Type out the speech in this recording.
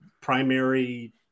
primary